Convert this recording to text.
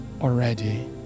already